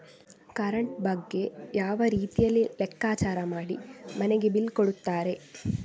Current ಬಗ್ಗೆ ಯಾವ ರೀತಿಯಲ್ಲಿ ಲೆಕ್ಕಚಾರ ಮಾಡಿ ಮನೆಗೆ ಬಿಲ್ ಕೊಡುತ್ತಾರೆ?